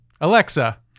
alexa